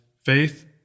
faith